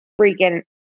freaking